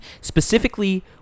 specifically